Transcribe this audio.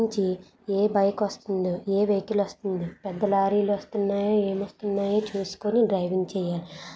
తర్వాత ten minutes అయిన తర్వాత మళ్ళీ చూసా ఆర్డర్ ఎక్కడా స్టేటస్ ఏందని చెప్పి కనుక్కొని మళ్ళీ చూసాం చూసిన తర్వాత మళ్ళీ ట్వంటీ మినిట్స్ అని చూపెడుతుంది